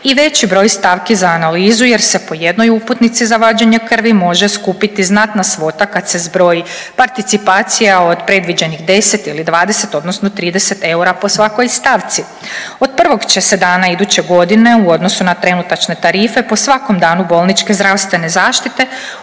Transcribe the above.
i veći broj stavki za analizu, jer se po jednoj uputnici za vađenje krvi može skupiti znatna svota kad se zbroji participacija od predviđenih 10 ili 20, odnosno 30 eura po svakoj stavci. Od prvog će se dana iduće godine u odnosu na trenutačne tarife po svakom danu bolničke zdravstvene zaštite